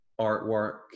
artwork